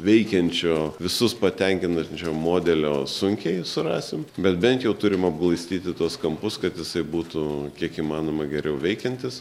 veikiančio visus patenkinančio modelio sunkiai surasim bet bent jau turim apglaistyti tuos kampus kad jisai būtų kiek įmanoma geriau veikiantis